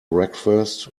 breakfast